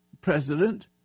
president